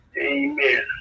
Amen